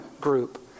Group